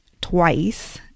twice